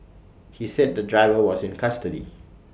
he said the driver was in custody